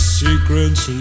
secrets